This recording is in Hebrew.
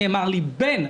לא נאמר לי: "בן,